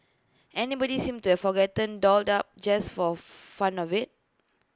anybody seemed to have forgotten dolled up just for fun of IT